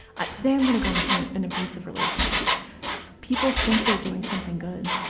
ah today i'm going to go into an abusive relationships people think they're doing something good.